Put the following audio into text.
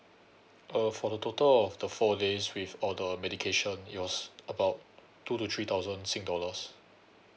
uh for the total of the four days with all the medication it was about two to three thousand singapore dollars